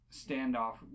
standoff